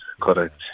correct